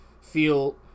feel